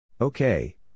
Okay